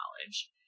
knowledge